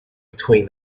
between